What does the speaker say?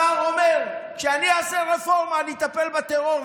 שר אומר: כשאני אעשה רפורמה, אני אטפל בטרור.